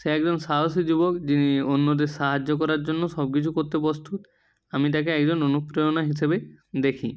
সে একজন সাহসী যুবক যিনি অন্যদের সাহায্য করার জন্য সব কিছু করতে প্রস্তুত আমি তাকে একজন অনুপ্রেরণা হিসেবে দেখি